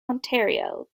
ontario